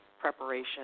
preparation